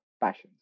passions